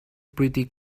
pretty